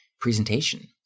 presentation